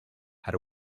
had